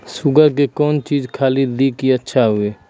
Sugar के कौन चीज खाली दी कि अच्छा हुए?